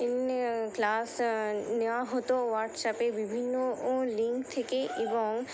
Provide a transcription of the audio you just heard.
in class নেওয়া হতো হোয়াটসঅ্যাপে বিভিন্ন লিঙ্ক থেকে এবং